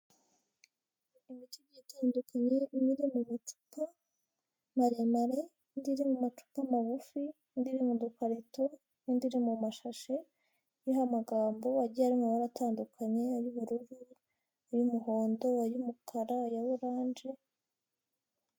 Imiti igiye itandukanye imwe iri mu macupa maremare, indi iri mu macupa magufi, indi iri m'udukarito, indi iri mu mashashi, iriho amagambo agiye ari mu mabara atandukanye; ay'ubururu, ay'umuhondo, ay'umukara aya oranje.